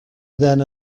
than